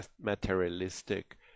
materialistic